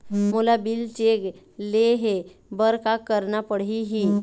मोला bill check ले हे बर का करना पड़ही ही?